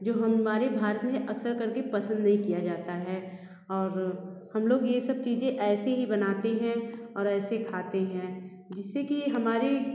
जो हमारे भारत में अक्सर कर के पसंद नहीं किया जाता है और हम लोग ये सब चीज़े ऐसे ही बनाते हैं और ऐसी खाते हैं जिससे कि ये हमारे